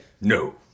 No